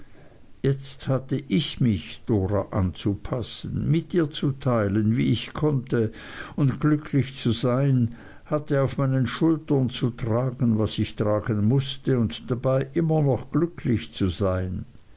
jetzt hatte ich mich dora anzupassen mit ihr zu teilen wie ich konnte und glücklich zu sein hatte auf meinen schultern zu tragen was ich tragen mußte und dabei immer noch glücklich zu sein